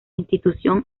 institución